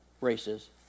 races